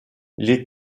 les